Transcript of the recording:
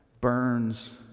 burns